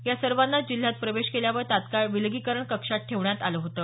या सर्वांना जिल्ह्यात प्रवेश केल्यावर तत्काळ विलगीकरण कक्षात ठेवण्यात आलं होतं